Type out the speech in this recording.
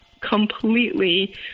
completely